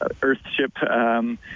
Earthship